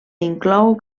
inclou